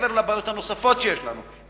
מעבר לבעיות הנוספות שיש לנו,